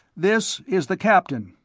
this is the captain,